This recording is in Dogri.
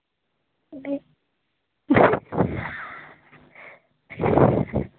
नेईं